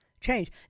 change